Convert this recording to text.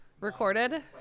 recorded